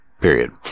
period